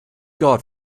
god